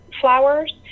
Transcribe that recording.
flowers